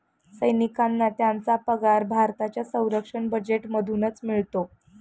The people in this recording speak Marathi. सैनिकांना त्यांचा पगार भारताच्या संरक्षण बजेटमधूनच मिळतो